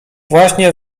właśnie